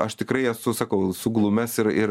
aš tikrai esu sakau suglumęs ir ir